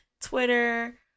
Twitter